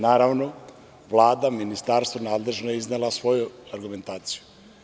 Naravno, Vlada, ministarstvo nadležno su izneli svoju argumentaciju.